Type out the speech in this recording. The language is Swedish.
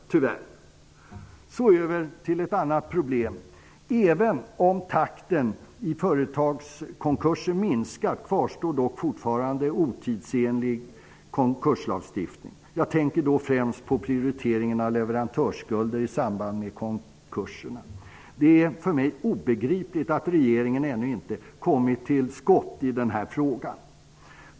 Så skall jag gå över till ett annat problem. Även om takten i företagskonkurserna minskar, kvarstår fortfarande en otidsenlig konkurslagstiftning. Jag tänker då främst på prioriteringen av leverantörsskulder i samband med konkurs. Det är för mig obegripligt att regeringen ännu inte kommit till skott i denna fråga.